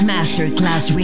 Masterclass